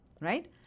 Right